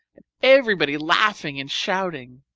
and everybody laughing and shouting.